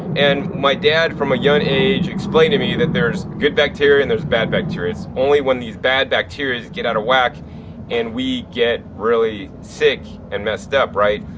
and my dad from a young age explained to me that there's good bacteria and there's bad bacteria. it's only when these bad bacterias get out of whack then and we get really sick and messed up, right?